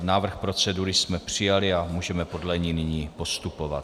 Návrh procedury jsme přijali a můžeme podle ní nyní postupovat.